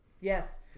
Yes